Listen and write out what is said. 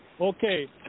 Okay